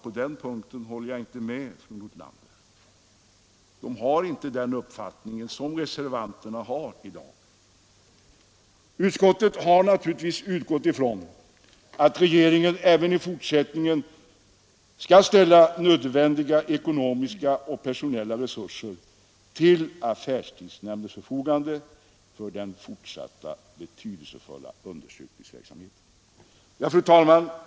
På denna punkt håller jag inte med fru Nordlander. De har inte samma uppfattning som reservanterna har i dag. Utskottet har naturligtvis utgått från att regeringen även i fortsättningen skall ställa nödvändiga ekonomiska och personella resurser till affärstidsnämndens förfogande för den fortsatta betydelsefulla undersökningsverksamheten. Fru talman!